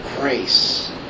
grace